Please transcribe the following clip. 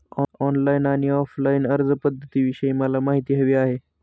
online आणि offline अर्जपध्दतींविषयी मला माहिती हवी आहे